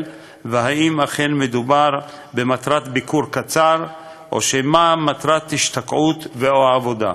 והאם אכן מדובר בביקור קצר או שמא המטרה היא השתקעות ועבודה.